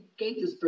Gatesburg